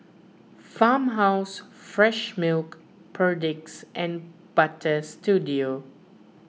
Farmhouse Fresh Milk Perdix and Butter Studio